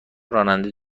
راننده